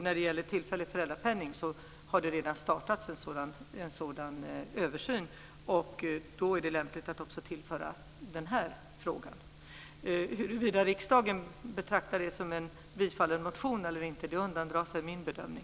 När det gäller den tillfälliga föräldrapenningen kan jag säga att en översyn redan har startats. Då är det lämpligt att också tillföra den här frågan. Huruvida riksdagen betraktar detta som ett bifall till motionen eller inte undandrar sig min bedömning.